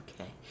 Okay